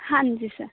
ਹਾਂਜੀ ਸਰ